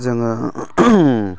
जोङो